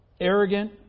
arrogant